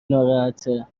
ناراحته